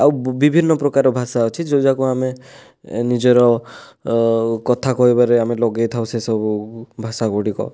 ଆଉ ବିଭିନ୍ନ ପ୍ରକାର ଭାଷା ଅଛି ଯେଉଁଟାକୁ ଆମେ ନିଜର କଥା କହିବାରେ ଆମେ ଲଗେଇଥାଉ ସେ ସବୁ ଭାଷା ଗୁଡ଼ିକ